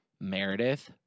Meredith